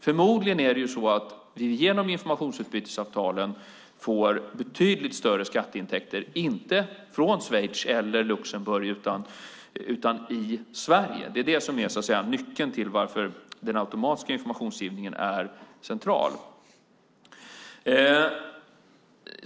Förmodligen är det så att vi genom informationsutbytesavtalen får betydligt större skatteintäkter, inte från Schweiz eller Luxemburg utan i Sverige. Det är det som så att säga är nyckeln till att den automatiska informationsgivningen är central.